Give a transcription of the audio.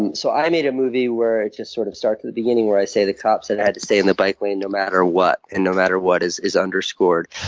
and so i made a movie where it just sort of starts at the beginning where i say the cop said i had to stay in the bike lane no matter what. and no matter what is is underscored.